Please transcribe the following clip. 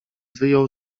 wyjął